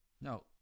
Now